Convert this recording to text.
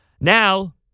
Now